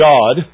God